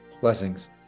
Blessings